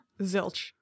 Zilch